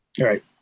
Right